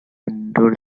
endure